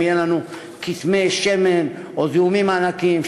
אם יהיו לנו כתמי שמן או זיהומים ענקיים,